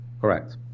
Correct